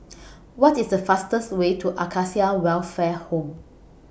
What IS The fastest Way to Acacia Welfare Home